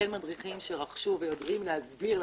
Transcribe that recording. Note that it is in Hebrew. כן מדריכים שרכשו ידע ויודעים להסביר לתלמיד,